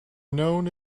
known